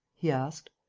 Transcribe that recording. he asked.